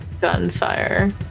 gunfire